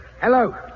Hello